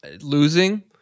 losing